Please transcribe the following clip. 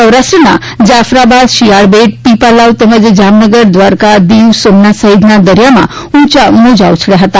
સૌરાષ્ટ્રના જાફરાબાદ શિયાળબેટ પીપાલાવ તેમજ જામનગર દ્વારકા દીવ સોમનાથ સહિતના દરિયામાં ઉંચા મોજા ઉછળી રહ્યા હતા